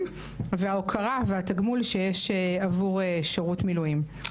וההוקרה והתגמול שיש עבור שירות מילואים.